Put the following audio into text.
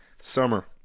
Summer